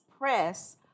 press